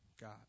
God